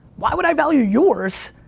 why would i value yours,